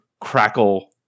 crackle